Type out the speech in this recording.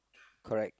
correct